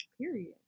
Period